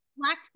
Black